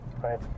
Right